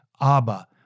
Abba